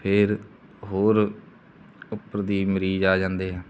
ਫੇਰ ਹੋਰ ਉੱਪਰ ਦੀ ਮਰੀਜ਼ ਆ ਜਾਂਦੇ ਆ